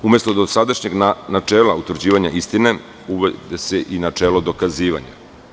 Umesto dosadašnjeg načela utvrđivanja istine, uvodi se i načelo dokazivanja.